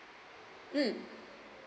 mm